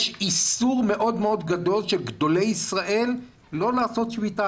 יש איסור מאוד מאוד גדול של גדולי ישראל לא לעשות שביתה.